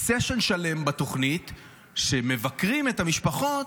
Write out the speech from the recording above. סשן שלם בתוכנית שמבקרים את המשפחות,